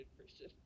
Christian